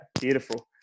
beautiful